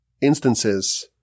instances